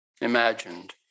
imagined